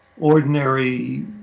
ordinary